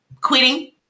quitting